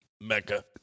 Mecca